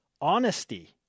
honesty